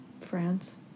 france